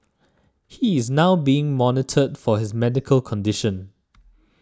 he is now being monitored for his medical condition